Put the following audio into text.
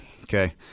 Okay